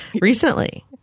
recently